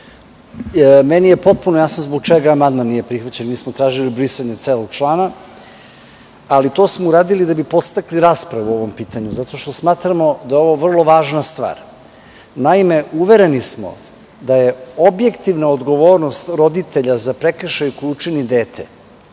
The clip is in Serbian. Meni je potpuno jasno zbog čega amandman nije prihvaćen. Mi smo tražili brisanje celog člana, ali to smo uradili da bi podstakli raspravu o ovom pitanju, zato što smatramo da je ovo vrlo važna stvar. Naime, uvereni smo da je objektivna odgovornost roditelja za prekršaj koji učini dete,